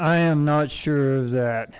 i am not sure that